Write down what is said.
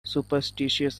superstitious